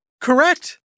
Correct